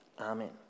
Amen